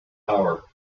power